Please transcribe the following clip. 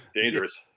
Dangerous